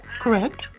Correct